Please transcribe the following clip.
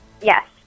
Yes